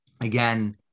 again